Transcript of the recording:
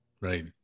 Right